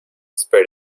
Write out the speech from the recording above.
spread